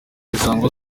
isango